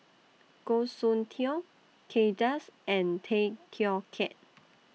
Goh Soon Tioe Kay Das and Tay Teow Kiat